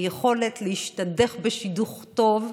ביכולת להשתדך בשידוך טוב.